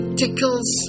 tickles